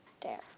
Dare